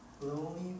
lonely